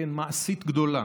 כן, מעשית גדולה,